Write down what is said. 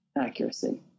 accuracy